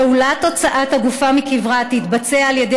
פעולת הוצאת הגופה מקברה תתבצע על ידי